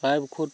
প্ৰায় ঔষধ